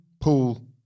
pool